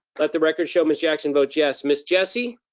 let the record show miss jackson votes yes. miss jessie?